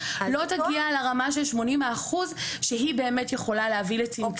לא תגיע לרמה של 80% שהיא באמת יכולה להביא לצמצום.